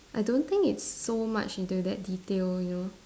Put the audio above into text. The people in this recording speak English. I don't think it's so much into that detail you know